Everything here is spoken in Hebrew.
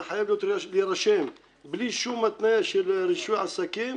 זה חייב להירשם בלי שום התניה של רישוי עסקים,